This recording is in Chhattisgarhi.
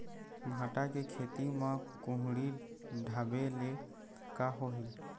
भांटा के खेती म कुहड़ी ढाबे ले का होही?